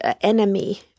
enemy